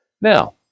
Now